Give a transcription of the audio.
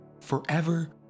forever